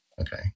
Okay